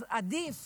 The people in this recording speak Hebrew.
אז עדיף